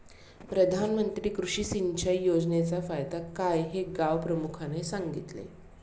प्रधानमंत्री कृषी सिंचाई योजनेचा फायदा काय हे गावप्रमुखाने सांगितले